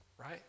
right